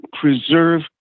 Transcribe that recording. preserve